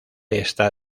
está